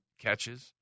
catches